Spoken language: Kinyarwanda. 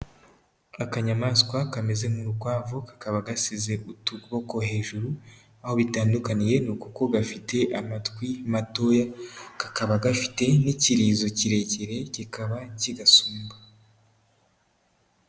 Akanyamaswa kameze nk'urukwavu, kakaba gasize utuboko hejuru, aho bitandukaniye ni uku ko gafite amatwi matoya, kakaba gafite n'ikiririzo kirekire, kikaba kigasumba.